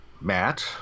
Matt